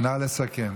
נא לסכם.